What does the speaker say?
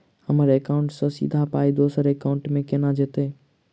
हम्मर एकाउन्ट सँ सीधा पाई दोसर एकाउंट मे केना जेतय?